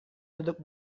duduk